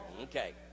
Okay